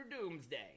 Doomsday